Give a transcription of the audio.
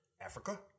Africa